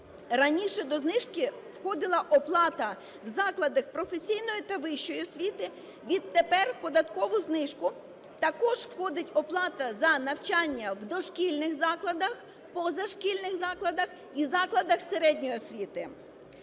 Раніше до знижки входила оплата в закладах професійної та вищої освіти, відтепер в податкову знижку також входить оплата за завчання в дошкільних закладах, позашкільних закладах і закладах середньої освіти.